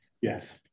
Yes